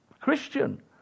Christian